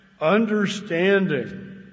understanding